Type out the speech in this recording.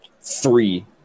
three